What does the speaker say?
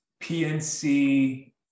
PNC